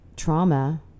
trauma